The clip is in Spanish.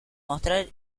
mostrar